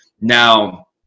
now